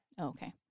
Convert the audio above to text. okay